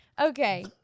Okay